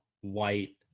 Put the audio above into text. white